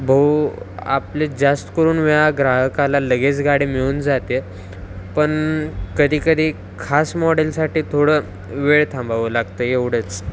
भाऊ आपले जास्त करून वेळा ग्राहकाला लगेच गाडी मिळून जाते पण कधी कधी खास मॉडेलसाठी थोडं वेळ थांबावं लागतं एवढंच